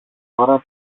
ώρα